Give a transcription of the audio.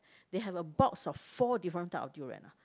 they have a box of four different type of durian lah